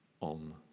on